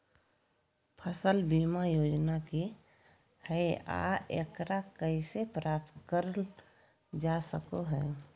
फसल बीमा योजना की हय आ एकरा कैसे प्राप्त करल जा सकों हय?